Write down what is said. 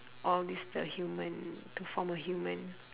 all these the human to form a human